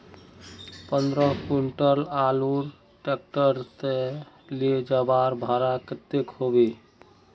पंद्रह कुंटल आलूर ट्रैक्टर से ले जवार भाड़ा कतेक होबे?